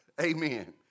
Amen